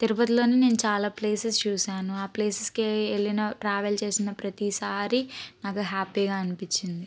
తిరుపతిలోనే నేను చాలా ప్లేసెస్ చూశాను ఆ ప్లేసెస్కి వెళ్ళిన ట్రావెల్ చేసిన ప్రతిసారి నాకు హ్యాపీగా అనిపించింది